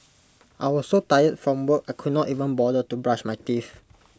I was so tired from work I could not even bother to brush my teeth